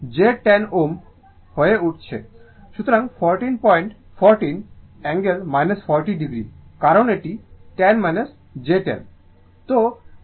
সুতরাং 1414 angle 40o কারণ এটি 10 j 10